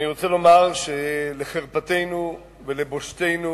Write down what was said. אני רוצה לומר שלחרפתנו, ולבושתנו,